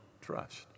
trust